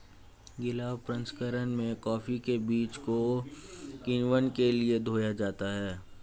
गीला प्रसंकरण में कॉफी के बीज को किण्वन के लिए धोया जाता है